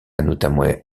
notamment